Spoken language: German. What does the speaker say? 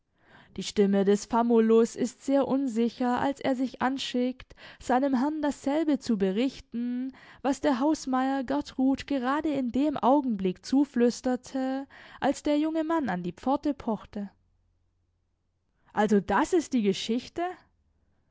die stimme des famulus ist sehr unsicher als er sich anschickt seinem herrn dasselbe zu berichten was der hausmeier gertrud gerade in dem augenblick zuflüsterte als der junge mann an die pforte pochte also das ist die geschichte